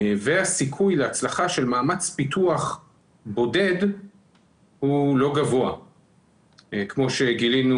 והסיכוי להצלחה של מאמץ פיתוח בודד הוא לא גבוה כמו שגילינו